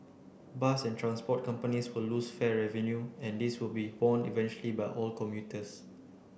bus and transport companies will lose fare revenue and this will be borne eventually by all commuters